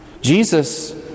Jesus